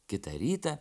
kitą rytą